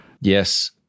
Yes